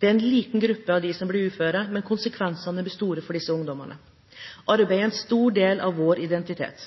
Det er en liten gruppe som blir uføre, men konsekvensene blir store for disse ungdommene. Arbeid er en stor del av vår identitet.